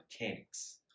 mechanics